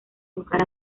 buscar